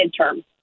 midterm